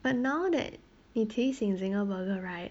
but now that you 提起 zinger burger right